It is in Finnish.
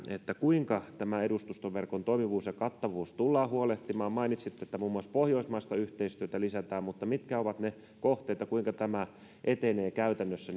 kuinka edustustoverkon toimivuudesta ja kattavuudesta tullaan huolehtimaan mainitsette että muun muassa pohjoismaista yhteistyötä lisätään mutta mitkä ovat ne kohteet ja kuinka tämä etenee käytännössä